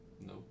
No